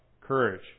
courage